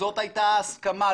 זאת הייתה ההסכמה,